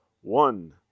one